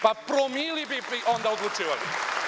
Promili bi onda odlučivali.